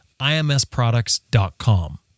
IMSproducts.com